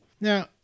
Now